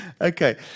Okay